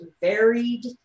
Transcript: varied